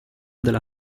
della